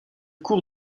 cours